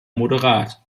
moderat